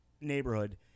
neighborhood